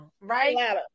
right